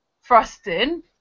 frosting